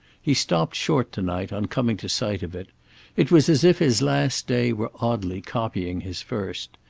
he stopped short to-night on coming to sight of it it was as if his last day were oddly copying his first.